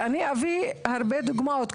אני אביא הרבה דוגמאות.